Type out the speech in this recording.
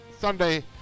Sunday